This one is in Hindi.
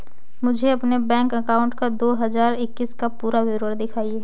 मुझे अपने बैंक अकाउंट का दो हज़ार इक्कीस का पूरा विवरण दिखाएँ?